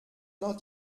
noch